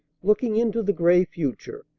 looking into the gray future,